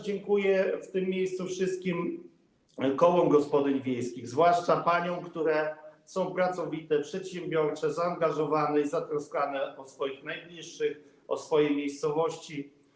Dziękuję też w tym miejscu wszystkim kołom gospodyń wiejskich, zwłaszcza paniom, które są pracowite, przedsiębiorcze, zaangażowane i zatroskane o swoich najbliższych, o swoje miejscowości.